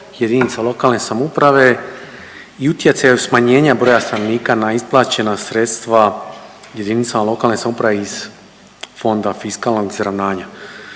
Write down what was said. jedinica lokalne samouprave i utjecaju smanjenja broja stanovnika na isplaćena sredstva jedinica lokalne samouprave iz Fonda fiskalnog izravnanja.